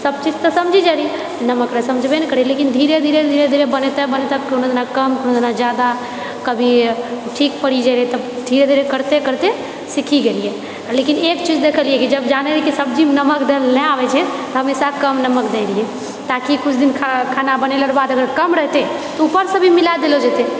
सब चीज तऽ समझि जाए रहियै नमक समझबे नहि करियै लेकिन धीरे धीरे धीरे धीरे बनिते बनिते ने कम ने जादा कभी ठीक पड़ि जाए रहै तब धीरे धीरे करते करते सीखी गेलियै लेकिन एक चीज देखलियै कि जब जानै रही कि सब्जीमे नमक देल नहि आबैत छै तऽ हमेशा कम नमक दै रहियै ताकि किछु दिन खाना बनेलोके बाद अगर कम रहतै तऽ ऊपरसँ भी मिलाए देलो जेतै